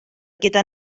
gyda